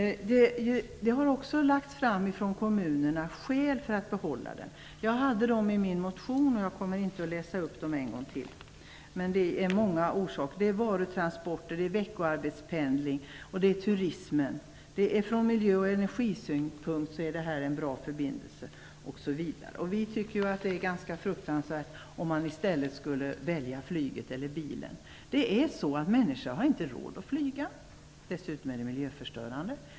Det har också lagts fram skäl från kommunerna för att behålla den. Jag hade dem i min motion och jag kommer inte att läsa upp dem en gång till, men orsakerna är många. Det är varutransporter, veckoarbetspendling och det är turismen. Ur miljö och energisynpunkt är detta en bra förbindelse. Vi tycker att det är ganska fruktansvärt om man i stället skulle välja flyget eller bilen. Människor har inte råd att flyga, dessutom är det miljöförstörande.